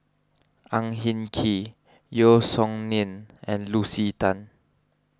Ang Hin Kee Yeo Song Nian and Lucy Tan